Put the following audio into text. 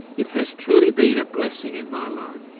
it has truly been a blessing in my life.